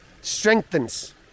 strengthens